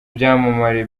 byamamare